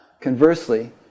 Conversely